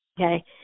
okay